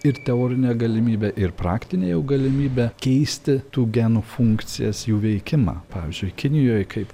ir teorinė galimybė ir praktinė jau galimybė keisti tų genų funkcijas jų veikimą pavyzdžiui kinijoj kaip